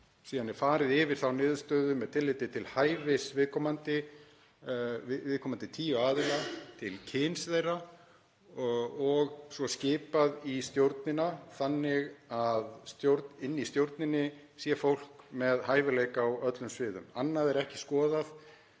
Síðan er farið yfir þá niðurstöðu með tilliti til hæfis viðkomandi tíu aðila, til kyns þeirra og svo er skipað í stjórnina þannig að í henni sé fólk með hæfileika á öllum sviðum. Annað er ekki skoðað.